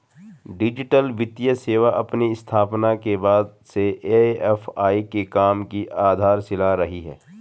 digital वित्तीय सेवा अपनी स्थापना के बाद से ए.एफ.आई के काम की आधारशिला रही है